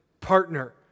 partner